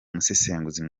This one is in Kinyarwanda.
umusesenguzi